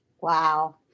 Wow